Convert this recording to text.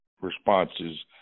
responses